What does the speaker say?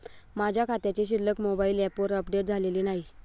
माझ्या खात्याची शिल्लक मोबाइल ॲपवर अपडेट झालेली नाही